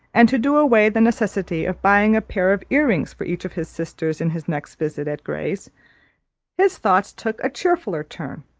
and to do away the necessity of buying a pair of ear-rings for each of his sisters, in his next visit at gray's his thoughts took a cheerfuller turn,